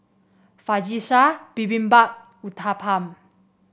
Fajitas Bibimbap Uthapam